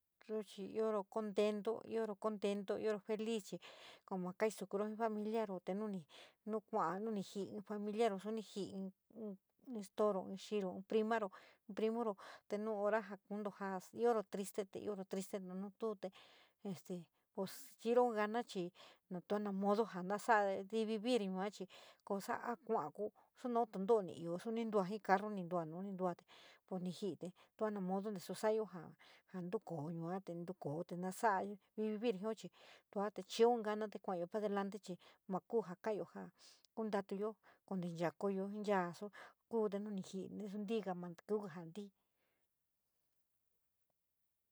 Ro chi ioro contento, ioro contento, oiro feliz como kaisukura ji familiaryo te nu ni nu kua´a ni jii in familiaryo suni ni jií in stero, in xiro, in primaro, in primera te nu hora ja ioro triste, te nu tu te este chi´iro jana chi na tua na modo ja na sa´a revivir yuachi cosa a kua´a ku xi nau tinto´o ni io xi ni ntua ji carru ntua, ni ntua pues ni jii te tua na modo ntasa sa´ayo ia ja ntukoo yuate ntokoo te nasa´a revivir jio chi tua kuntatuyo cnakoyo, chaa te nu ni jii xi ntiga ma kiuga ja ntii.